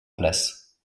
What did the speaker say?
place